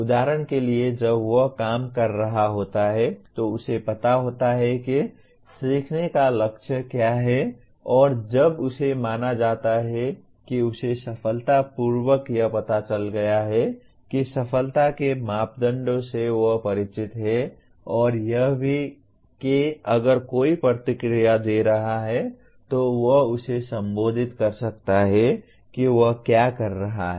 उदाहरण के लिए जब वह काम कर रहा होता है तो उसे पता होता है कि सीखने का लक्ष्य क्या है और जब उसे माना जाता है कि उसे सफलतापूर्वक यह पता चल गया है कि सफलता के मापदंड से वह परिचित है और यह भी कि अगर कोई प्रतिक्रिया दे रहा है तो वह उसे संबंधित कर सकता है कि वह क्या कर रहा था